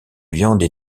viande